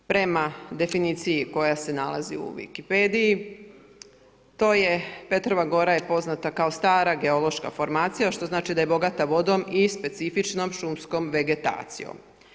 Prema definiciji koja se nalazi u Wikipediji to je, Petrova gora je poznata kao stara geološka formacija što znači da je bogata vodom i specifičnom šumskom vegetacijom.